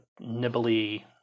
nibbly